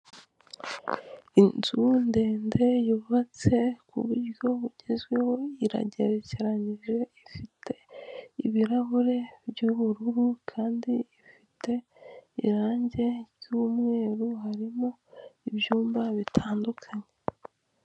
Inzu ndende yubatse ku buryo bugezweho igerekeranije ifite ibirahure by'ubururu kandi ifite irangi ry'umweru, harimo ibyumba bitandukanye.